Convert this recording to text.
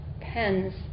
pen's